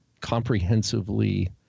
comprehensively